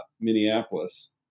Minneapolis